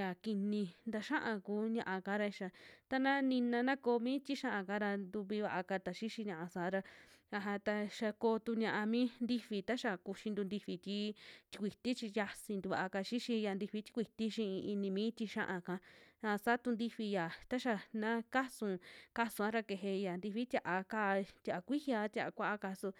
ya kini taxia kuu ña'aka ra xia, tana nina na koo mi tixia'ka ra ntuvi vaa kata xixi ñia'a saa ra, aja ta xia koo tu ña'a mi ntifi taxia kuxintu ntifi ti tikuiti chi yiasi tikua'ka xixi ya ntifi tikuiti xii ini mii tixia'aka, a saa tu ntifi ya taxa na kasun, kasua ra keje ya ntifi tia'aka tia'a kuiji, a tia'a kua'aka su.